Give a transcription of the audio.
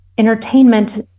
entertainment